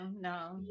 no